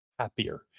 happier